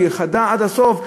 חדה עד הסוף,